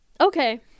Okay